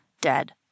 dead